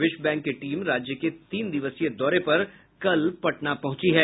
विश्व बैंक की टीम राज्य के तीन दिवसीय दौरे पर कल पटना पहुंची है